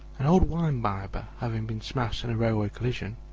an old wine-bibber having been smashed in a railway collision,